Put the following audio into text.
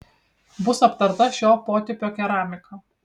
bus aptarta šio potipio keramika